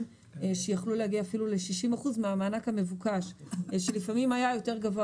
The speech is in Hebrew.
שיכלו להגיע ל-60% מהמענק המבוקש שלפעמים היה יותר גבוה